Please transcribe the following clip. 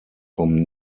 vom